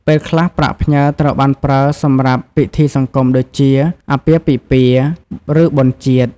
ពេលខ្លះប្រាក់ផ្ញើត្រូវបានប្រើសម្រាប់ពិធីសង្គមដូចជា អាពាហ៍ពិពាហ៍ ឬបុណ្យជាតិ។